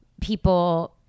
people